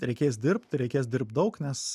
reikės dirbt reikės dirbt daug nes